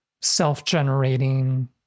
self-generating